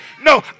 No